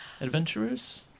adventurers